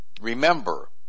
remember